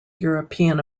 european